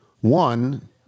One